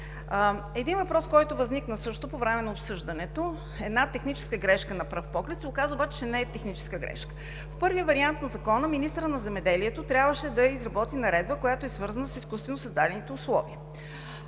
Въпрос, който възникна по време на обсъждането – една техническа грешка на пръв поглед се оказа обаче, че не е техническа грешка. В първия вариант на Закона министърът на земеделието трябваше да изработи наредба, която е свързана с изкуствено създадените условия.